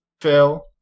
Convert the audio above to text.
Phil